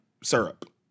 syrup